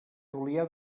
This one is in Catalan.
julià